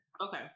Okay